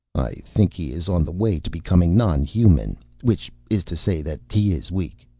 i think he is on the way to becoming non-human, which is to say that he is weak,